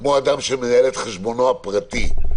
כמו אדם שמנהל את חשבונו הפרטי.